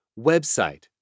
website